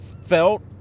felt